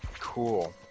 Cool